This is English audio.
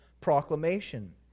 proclamation